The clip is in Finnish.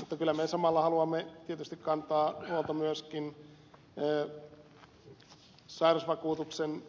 mutta kyllä me samalla haluamme tietysti kantaa huolta myöskin sairausvakuutuksen